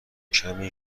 کمی